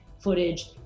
footage